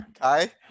Hi